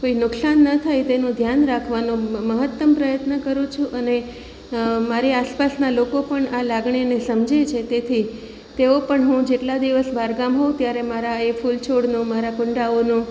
કોઈ નુકસાન ન થાય તેનું ધ્યાન રાખવાનું મહત્તમ પ્રયત્ન કરું છું અને મારી આસપાસનાં લોકો પણ આ લાગણીને સમજે છે તેથી તેઓ પણ હું જેટલા દિવસ બહારગામ હોઉં ત્યારે મારા એ ફૂલ છોડનો મારા કુંડાઓનો